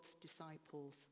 disciples